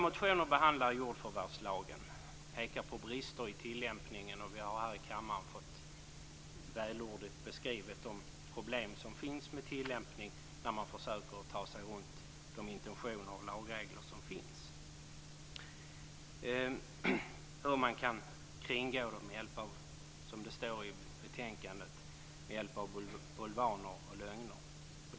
Motionärerna pekar på brister i tillämpningen, och vi har här i kammaren fått väl beskrivet de problem som finns med tillämpning när man försöker ta sig runt de intentioner och lagregler som finns och hur man kan kringgå dem med hjälp av bulvaner och lögner, som det står i betänkandet.